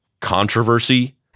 controversy